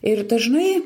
ir dažnai